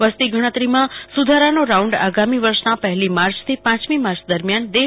વસ્તી ગણતરીમાં સુધારાનો રાઉન્ઠ આગામી વર્ષના પહેલી માર્ચથી પાંચમી માર્ચ દરમિયાન દેશભરમાં થશે